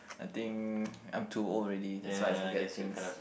I think I'm too old already that's why I forget things